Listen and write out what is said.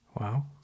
Wow